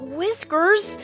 Whiskers